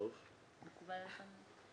מקובל עליך?